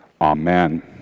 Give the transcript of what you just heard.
Amen